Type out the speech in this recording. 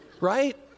right